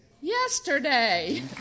yesterday